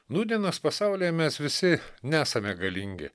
nūdienos pasaulyje mes visi nesame galingi